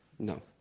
No